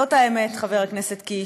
זאת האמת, חבר הכנסת קיש.